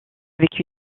avec